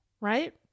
right